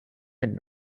mit